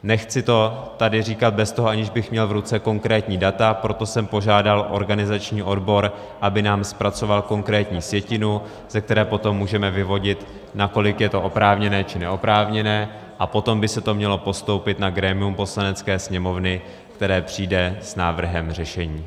Nechci to tady říkat, aniž bych měl v ruce konkrétní data, proto jsem požádal organizační odbor, aby nám zpracoval konkrétní sjetinu, ze které potom můžeme vyvodit, nakolik je to oprávněné či neoprávněné, a potom by se to mělo postoupit na grémium Poslanecké sněmovny, které přijde s návrhem řešení.